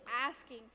asking